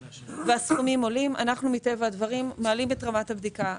והסכומים עולים אנחנו מטבע הדברים מעלים את רמת הבדיקה.